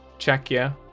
czechia,